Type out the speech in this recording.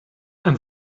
and